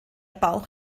bauch